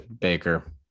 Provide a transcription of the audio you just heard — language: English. Baker